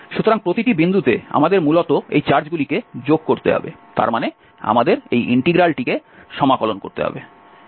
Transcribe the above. সুতরাং প্রতিটি বিন্দুতে আমাদের মূলত এই চার্জগুলিকে যোগ করতে হবে তার মানে আমাদের এই ইন্টিগ্রালটিকে সমাকলন করতে হবে